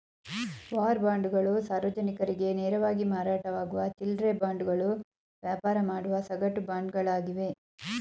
war ಬಾಂಡ್ಗಳು ಸಾರ್ವಜನಿಕರಿಗೆ ನೇರವಾಗಿ ಮಾರಾಟವಾಗುವ ಚಿಲ್ಲ್ರೆ ಬಾಂಡ್ಗಳು ವ್ಯಾಪಾರ ಮಾಡುವ ಸಗಟು ಬಾಂಡ್ಗಳಾಗಿವೆ